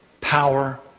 power